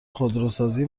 خودروسازی